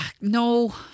No